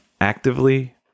actively